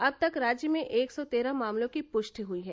अब तक राज्य में एक सौ तेरह मामलों की पृष्टि हई है